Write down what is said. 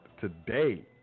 today